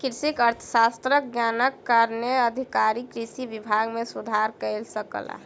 कृषि अर्थशास्त्रक ज्ञानक कारणेँ अधिकारी कृषि विभाग मे सुधार कय सकला